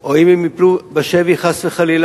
או אם הם ייפלו בשבי, חס וחלילה,